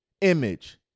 image